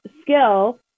skill